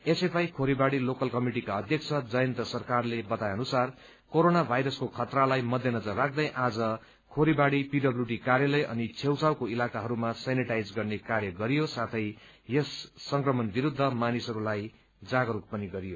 SFI Khoribari local कमिटिका अध्यक्ष जयन्त सरकारले बताए अनुसार कोरोना भाइरसको खतरालाई मध्यनजर राख्दै आज खोरीबाड़ी पीडल्यूडी कार्यालय अनि छेउछाउको इलाकाहरूमा सेनिटाइज गर्ने कार्य गरियो साथै यस संक्रमण विरूद्ध मानिसहरूलाई जागरूक पनि गरियो